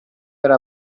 era